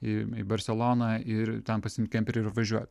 į barseloną ir ten pasiimti kemperį ir važiuot